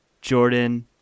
Jordan